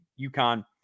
uconn